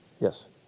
Yes